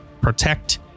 protect